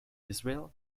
israel